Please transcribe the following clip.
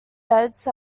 beds